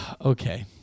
Okay